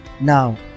Now